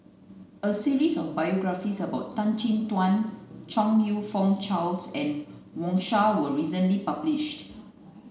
a series of biographies about Tan Chin Tuan Chong You Fook Charles and Wang Sha was recently published